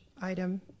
item